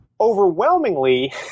Overwhelmingly